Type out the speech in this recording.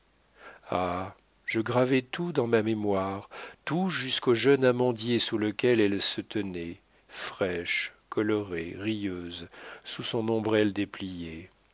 ah je gravai tout dans ma mémoire tout jusqu'au jeune amandier sous lequel elle se tenait fraîche colorée rieuse sous son ombrelle dépliée